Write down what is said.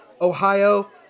Ohio